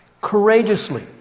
courageously